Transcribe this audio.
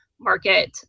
market